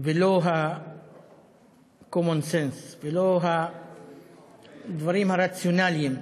ולא ה-common sense, ולא הדברים הרציונליים,